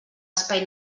espai